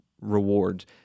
rewards